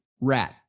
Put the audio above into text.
Rat